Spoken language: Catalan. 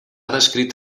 descrit